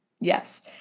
Yes